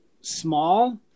small